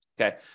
Okay